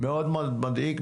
מאוד מדאיג.